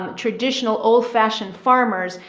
um traditional old fashioned farmers,